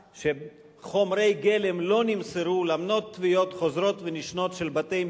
כאילו אפשר לשנות את תודעת העולם,